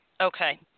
Okay